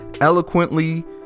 eloquently